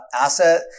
asset